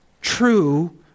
true